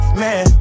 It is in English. man